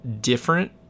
different